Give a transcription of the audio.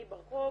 היא ברחוב,